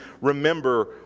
remember